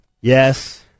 yes